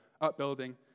upbuilding